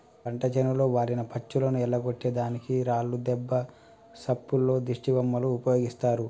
పంట చేనులో వాలిన పచ్చులను ఎల్లగొట్టే దానికి రాళ్లు దెబ్బ సప్పుల్లో దిష్టిబొమ్మలు ఉపయోగిస్తారు